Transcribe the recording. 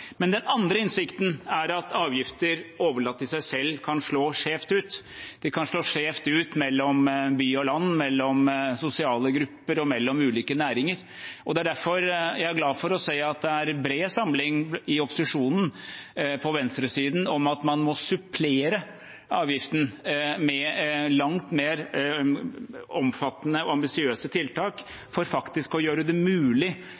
Den andre innsikten er at avgifter overlatt til seg selv kan slå skjevt ut. De kan slå skjevt ut mellom by og land, mellom sosiale grupper og mellom ulike næringer. Det er derfor jeg er glad for å se at det er bred samling i opposisjonen på venstresiden om at man må supplere avgiften med langt mer omfattende og ambisiøse tiltak for faktisk å gjøre det mulig